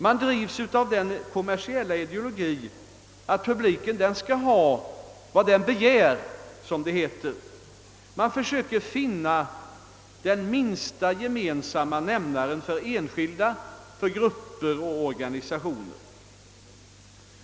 Man drivs av den kommersiella ideologien, att publiken, som det heter, skall ha vad den begär. Man försöker finna den gemensamma nämnaren för enskilda gruppers och organisationers önskemål.